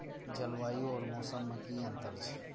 जलवायु और मौसम में कि अंतर छै?